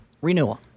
Renewal